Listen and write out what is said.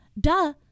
Duh